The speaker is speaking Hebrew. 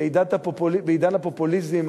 בעידן הפופוליזם,